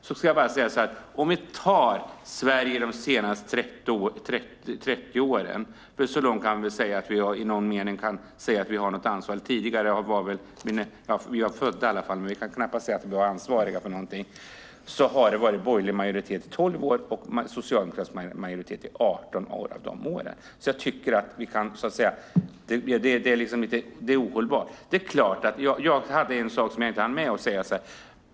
Då vill jag bara säga: Om vi tar Sverige de senaste 30 åren - så långt kan vi väl säga att vi i någon mening har något ansvar, för tidigare var vi möjligen födda men knappast ansvariga för någonting - har det varit borgerlig majoritet i 12 år och socialdemokratisk majoritet i 18 år. Det är ohållbart att skylla på varandra. En sak hann jag inte med att säga förut.